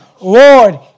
Lord